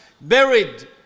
buried